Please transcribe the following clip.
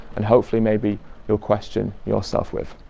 and hopefully maybe you'll question yourself with.